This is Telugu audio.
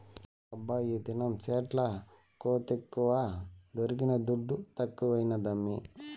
హబ్బా ఈదినం సెట్ల కోతెక్కువ దొరికిన దుడ్డు తక్కువైనాదమ్మీ